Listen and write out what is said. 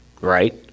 Right